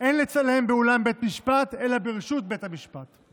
אין לצלם באולם בית משפט אלא ברשות בית המשפט.